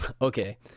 Okay